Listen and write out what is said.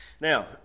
Now